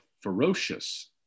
ferocious